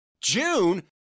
June